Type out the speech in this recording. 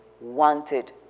wanted